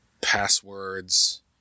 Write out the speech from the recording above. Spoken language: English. passwords